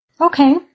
Okay